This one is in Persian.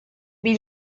بیل